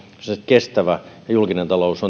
kestäviä ja julkinen talous